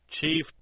Chief